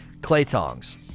Claytongs